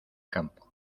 campo